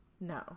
No